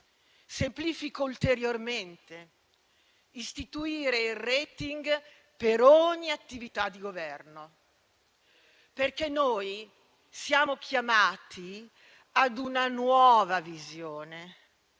Semplifico ulteriormente, istituire il *rating* per ogni attività di Governo, perché noi siamo chiamati ad una nuova visione,